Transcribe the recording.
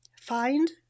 find